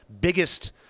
biggest